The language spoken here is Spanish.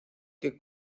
que